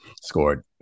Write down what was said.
scored